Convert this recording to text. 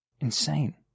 Insane